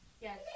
Yes